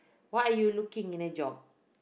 what are you looking in a job